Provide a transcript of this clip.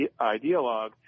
ideologue